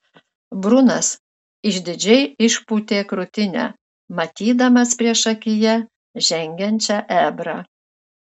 brunas išdidžiai išpūtė krūtinę matydamas priešakyje žengiančią ebrą